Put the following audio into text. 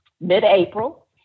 Mid-April